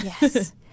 Yes